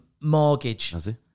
mortgage